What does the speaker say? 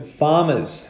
farmers